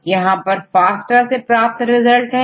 जैसे यहांFASTA से प्राप्त रिजल्ट हैं